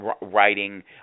writing